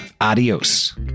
Adios